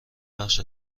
بخش